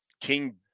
King